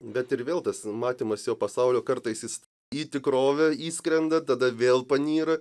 bet ir vėl tas matymas jo pasaulio kartais jis į tikrovę įskrenda tada vėl panyra